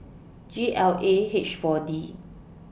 G L A H four D